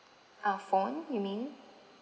our phone you mean